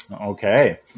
Okay